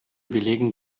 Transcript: belegen